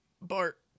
Bart